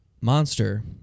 Monster